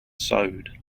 sewed